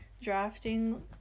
drafting